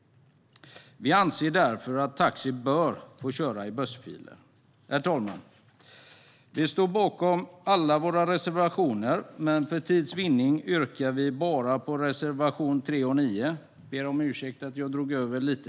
Vi anser därför att taxi bör få köra i bussfil. Herr talman! Jag står bakom alla våra reservationer, men för tids vinnande yrkar jag bifall bara till reservationerna 3 och 9. Jag ber om ursäkt för att jag drog över lite.